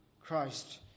Christ